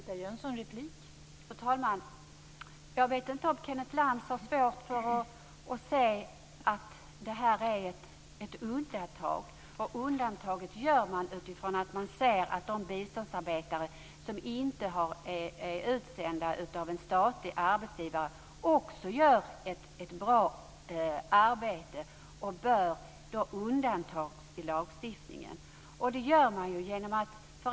Fru talman! Jag vet inte om Kenneth Lantz har svårt att se att detta är ett undantag. Detta undantag gör man därför att man ser att de biståndsarbetare som inte är utsända av en statlig arbetsgivare också gör ett bra arbete och därför bör undantas i lagstiftningen.